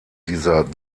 dieser